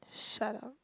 shut up